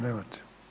Nemate.